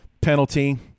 penalty